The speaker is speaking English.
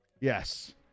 Yes